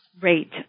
rate